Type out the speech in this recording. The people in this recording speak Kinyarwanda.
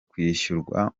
kwishyurwa